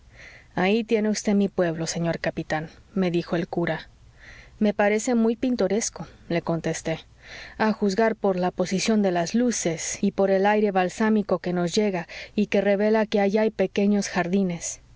ahí tiene vd mi pueblo señor capitán me dijo el cura me parece muy pintoresco le contesté a juzgar por la posición de las luces y por el aire balsámico que nos llega y que revela que allí hay pequeños jardines